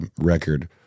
record